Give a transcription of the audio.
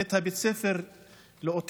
את בית הספר לאוטיסטים,